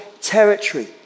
territory